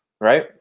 right